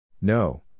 No